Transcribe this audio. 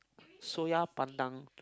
soya pandan